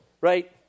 right